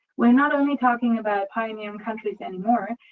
we're not only talking about pioneering countries anymore,